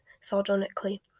sardonically